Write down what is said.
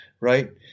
Right